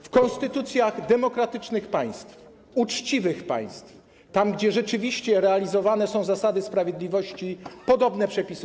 W konstytucjach demokratycznych państw, uczciwych państw, tam gdzie rzeczywiście realizowane są zasady sprawiedliwości, są podobne przepisy.